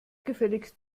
gefälligst